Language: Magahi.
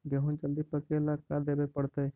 गेहूं जल्दी पके ल का देबे पड़तै?